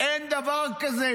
אין דבר כזה.